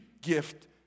gift